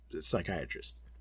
psychiatrist